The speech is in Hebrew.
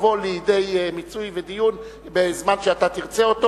ותבוא לידי מיצוי ודיון בזמן שאתה תרצה.